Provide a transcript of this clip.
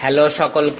hello সকলকে